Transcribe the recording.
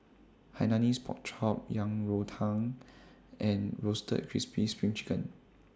Hainanese Pork Chop Yang Rou Tang and Roasted Crispy SPRING Chicken